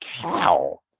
cow